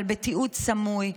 אבל בתיעוד סמוי,